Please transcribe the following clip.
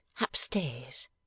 upstairs